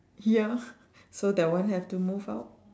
ya so that one have to move out